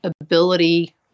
Ability